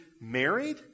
married